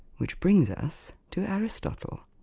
which brings us to aristotle.